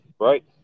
right